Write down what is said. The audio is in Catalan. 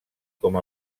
com